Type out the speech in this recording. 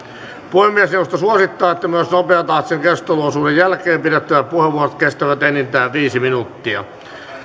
puhemiesneuvosto suosittaa että myös nopeatahtisen keskusteluosuuden jälkeen pidettävät puheenvuorot kestävät enintään viisi minuuttia